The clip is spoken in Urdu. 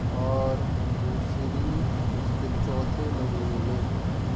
اور دوسری اس کے چوتھے مہینے میں